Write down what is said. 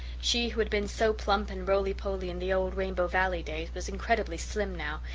she, who had been so plump and roly-poly in the old rainbow valley days, was incredibly slim now,